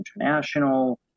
International